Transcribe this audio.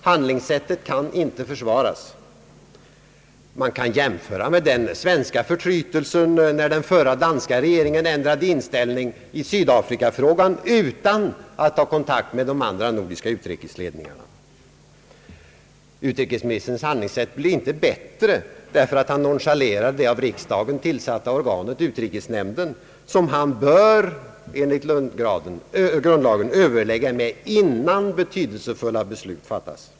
Handlingssättet kan inte försvaras. Man kan göra en jämförelse med den svenska förtrytelsen, när den förra danska regeringen ändrade inställning i sydafrikafrågan utan att i förväg ta kontakt med de andra nordiska utrikesledningarna. Utrikesministerns handlingssätt blir inte bättre för att han nonchalerade det av riksdagen tillsatta organet, utrikesnämnden, som han enligt grundlagen bör överlägga med innan betydelsefulla beslut fattas.